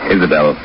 Isabel